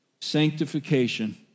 Sanctification